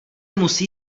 musí